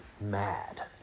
mad